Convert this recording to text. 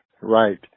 Right